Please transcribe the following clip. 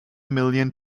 million